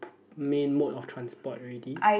main mode of transport already